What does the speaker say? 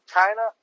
China